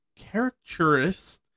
characterist